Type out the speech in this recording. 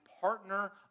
partner